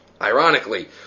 ironically